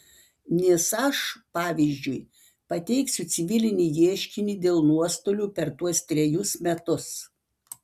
nes aš pavyzdžiui pateiksiu civilinį ieškinį dėl nuostolių per tuos trejus metus